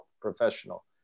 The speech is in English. professional